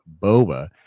boba